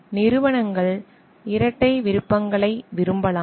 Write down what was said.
நிறுவனங்கள் இரட்டை வேடங்களை விரும்பலாம்